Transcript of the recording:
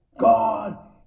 God